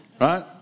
right